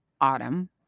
Autumn